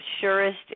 surest